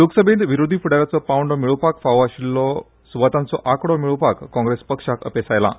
लोकसभेंत विरोधी फुडा याचो पांवडो मेळोवपाक फावो आशिल्लो सुवातांचो आंकडो मेळोवपाक काँग्रेस पक्षाक अपेस आयलां